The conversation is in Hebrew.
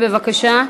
בבקשה.